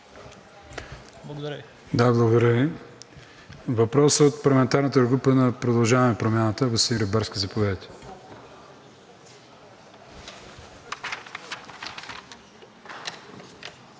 Благодаря Ви. Въпрос от парламентарната група на „Продължаваме Промяната“. Господин Рибарски, заповядайте.